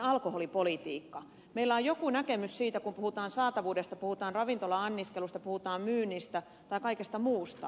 meillä on joku näkemys siitä kun puhutaan saatavuudesta puhutaan ravintola anniskelusta puhutaan myynnistä tai kaikesta muusta